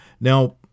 Now